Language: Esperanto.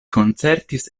koncertis